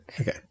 Okay